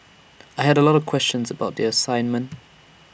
I had A lot of questions about the assignment